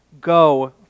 go